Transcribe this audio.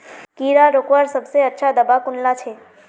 कीड़ा रोकवार सबसे अच्छा दाबा कुनला छे?